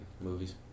movies